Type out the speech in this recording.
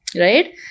Right